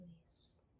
release